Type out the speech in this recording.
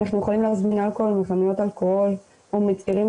אנחנו יכולים להזמין אלכוהול מחנויות אלכוהול או מצעירים